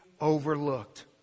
overlooked